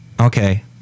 okay